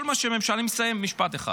אני מסיים במשפט אחד: